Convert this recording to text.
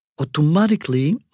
Automatically